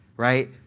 Right